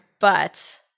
but-